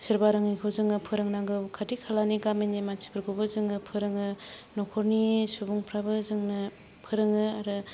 सोरबा रोङैखौ जों फोरोंनांगौ खाथि खालानि गामिनि मानसिफोरखौबो जोङो फोरोङो नखरनि सुबुंफ्राबो जोंनो फोरोङो आरो